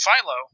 Philo